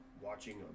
watching